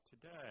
today